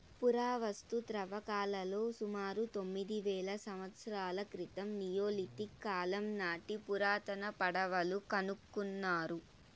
పురావస్తు త్రవ్వకాలలో సుమారు తొమ్మిది వేల సంవత్సరాల క్రితం నియోలిథిక్ కాలం నాటి పురాతన పడవలు కనుకొన్నారు